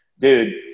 Dude